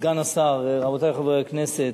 סגן השר, רבותי חברי הכנסת,